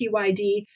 PYD